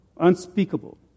unspeakable